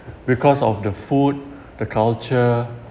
because of the food the culture